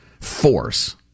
force